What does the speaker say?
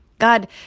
God